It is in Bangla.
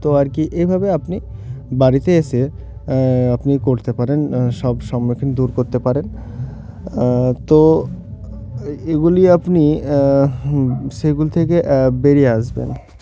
তো আর কি এভাবে আপনি বাড়িতে এসে আপনি করতে পারেন সব সম্মুখীন দূর করতে পারেন তো এগুলি আপনি সেগুলি থেকে বেরিয়ে আসবেন